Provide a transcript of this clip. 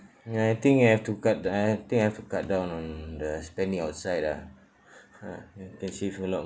ya I think I have to cut down I have think I have to cut down on the spending outside ah ha can save a lot